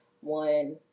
one